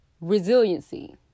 resiliency